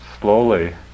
slowly